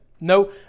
No